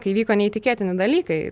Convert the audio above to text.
kai vyko neįtikėtini dalykai